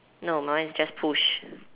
no my one is just push